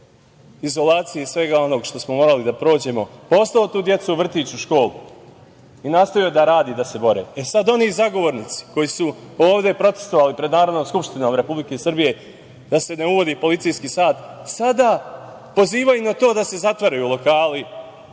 izolacije i svega onoga što smo morali da prođemo, poslao je tu decu u vrtić, u školu i nastavio da radi i da se bori. E, sada oni zagovornici koji su ovde protestvovali pred Narodnom skupštinom Republike Srbije da se ne uvodi policijski sat, sada oni pozivaju na to da se zatvaraju lokali,